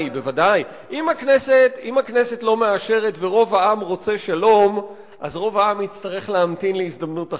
רק אם הכנסת מאשרת הולכים למשאל עם.